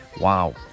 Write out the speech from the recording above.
Wow